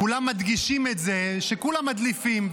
כולם מדגישים את זה שכולם מדליפים,